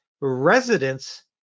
residents